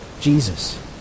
Jesus